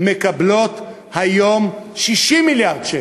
מקבלות היום 60 מיליארד שקל.